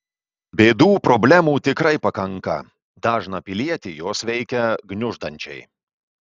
bėdų problemų tikrai pakanka dažną pilietį jos veikia gniuždančiai